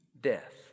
death